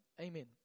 Amen